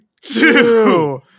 two